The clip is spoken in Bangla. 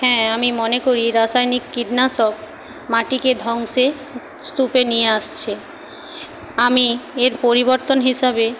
হ্যাঁ আমি মনে করি রাসায়নিক কীটনাশক মাটিকে ধ্বংসের স্তূপে নিয়ে আসছে আমি এর পরিবর্তন হিসাবে